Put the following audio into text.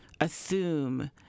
assume